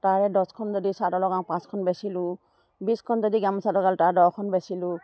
তাৰে দহখন যদি চাদৰ লগাওঁ পাঁচখন বেচিলোঁ বিছখন যদি গামোচা চাদৰ লগালোঁ তাৰ দহখন বেচিলোঁ